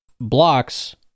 blocks